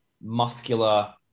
muscular